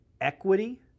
equity